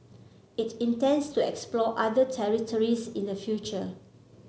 it intends to explore other territories in the future